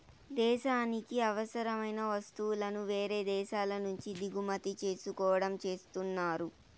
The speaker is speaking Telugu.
దేశానికి అవసరమైన వస్తువులను వేరే దేశాల నుంచి దిగుమతి చేసుకోవడం చేస్తున్నారు